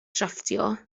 drafftio